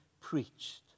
preached